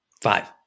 Five